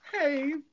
Hey